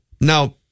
now